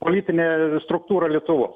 politinę struktūrą lietuvos